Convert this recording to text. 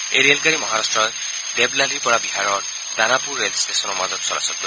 এই ৰেলগাডী মহাৰাট্টৰ দেবলালীৰ পৰা বিহাৰৰ দানাপুৰ ৰে'ল ট্টেশ্যনৰ মাজত চলাচল কৰিব